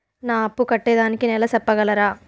నా అప్పు కట్టేదానికి నెల సెప్పగలరా?